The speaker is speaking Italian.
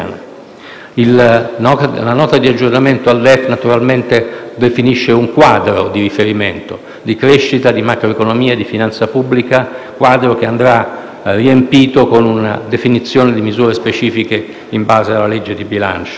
La Nota di aggiornamento al DEF definisce attualmente un quadro di riferimento di crescita, di macroeconomia e di finanza pubblica, che andrà riempito con una definizione di misure specifiche in base alla legge di bilancio.